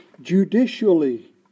Judicially